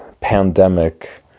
pandemic